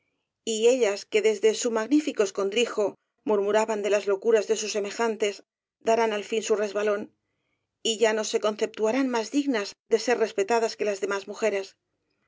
y ellas que desde su magnífico escondrijo murmuraban de las locuras de sus semejantes darán al fin su resbalón y ya no se conceptuarán más dignas de ser respetadas que las demás mujeres